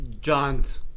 john's